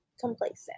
complacent